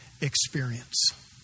Experience